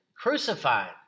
crucified